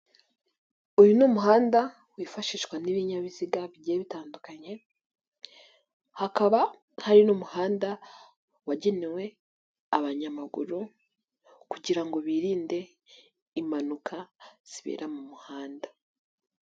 Uyu ni umuhanda wifashishwa n'ibinyabiziga bigiye bitandukanye, hakaba hari n'umuhanda wagenewe abanyamaguru kugira ngo birinde impanuka zibera mu muhanda.